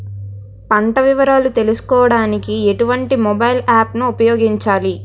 పంట వివరాలు తెలుసుకోడానికి ఎటువంటి మొబైల్ యాప్ ను ఉపయోగించాలి?